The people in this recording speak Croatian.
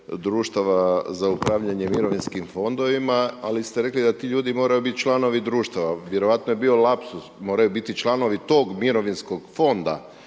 društava za upravljanje mirovinskim fondovima, ali ste rekli da ti ljudi moraju biti članovi društava. Vjerojatno je bio lapsus, moraju biti članovi tog mirovinskog fonda,